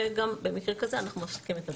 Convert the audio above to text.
וגם במקרה כזה אנחנו מפסיקים את הבירור.